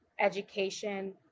education